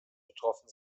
betroffen